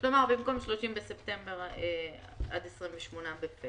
כלומר, במקום 30 בספטמבר עד 28 בפברואר.